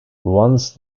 once